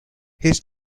his